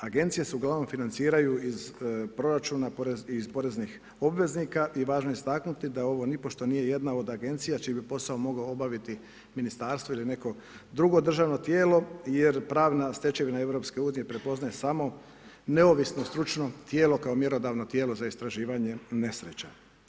Agencije se uglavnom financiraju iz proračuna iz poreznih obveznika i važno je istaknuti da ovo nipošto nije jedna od agencija čiji bi posao mogao obaviti ministarstvo ili neko državno tijelo jer pravna stečevina EU-a prepoznaje samo neovisno stručno tijelo kao mjerodavno tijelo za istraživanje nesreća.